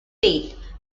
date